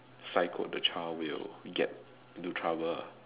psycho the child will get into trouble ah